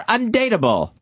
Undateable